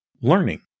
learning